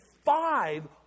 five